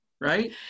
right